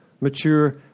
Mature